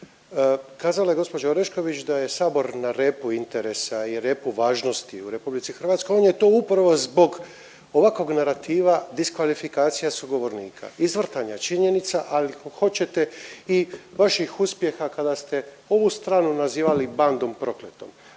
Kazala je gospođa Orešković da je Sabor na repu interesa i repu važnosti u Republici Hrvatskoj. On je to upravo zbog ovakvog narativa diskvalifikacija sugovornika, izvrtanja činjenica a ako hoćete i vaših uspjeha kada ste ovu stranu nazivali „bandom prokletom“.